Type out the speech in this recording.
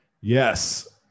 Yes